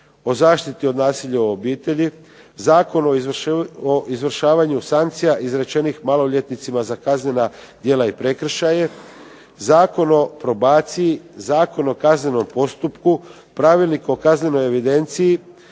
o zaštiti od nasilja u obitelji, Zakon o izvršavanju sankcija izrečenih maloljetnicima za kaznena djela i prekršaje, Zakon o probaciji, Zakon o kaznenom postupku, Pravilnik o kaznenoj evidenciji